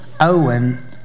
Owen